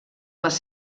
les